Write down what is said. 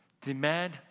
demand